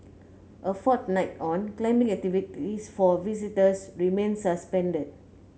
a fortnight on climbing activities for visitors remain suspended